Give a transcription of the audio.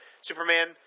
Superman